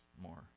more